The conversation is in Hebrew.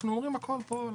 אנחנו אומרים הכול פה.